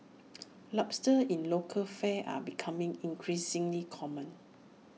lobsters in local fare are becoming increasingly common